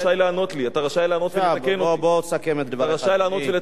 אתה רשאי לענות ולתקן אותי.